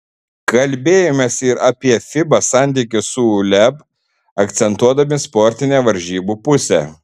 kalbėjomės ir apie fiba santykius su uleb akcentuodami sportinę varžybų pusę